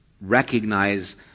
recognize